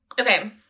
Okay